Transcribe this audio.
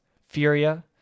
Furia